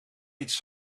iets